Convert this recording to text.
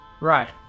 Right